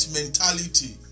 mentality